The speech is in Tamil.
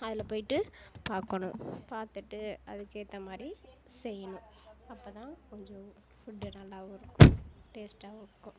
அதில் போயிட்டு பார்க்கணும் பார்த்துட்டு அதுக்கேற்ற மாதிரி செய்யணும் அப்போ தான் கொஞ்சம் ஃபுட்டு நல்லாகவும் இருக்கும் டேஸ்ட்டாகவும் இருக்கும்